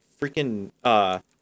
freaking